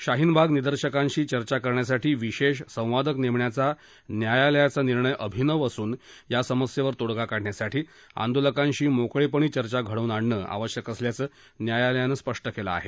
शाहीनबाग निदर्शकांशी चर्चा करण्यासाठी विशेष संवादक नेमण्याचा न्यायालयाचा निर्णय अभिनव असून या समस्येवर तोडगा काढण्यासाठी आंदोलकांशी मोकळेपणी चर्चा घडवून आणणं आवश्यक असल्याचं न्यायालयानं म्हाक्रिं आहे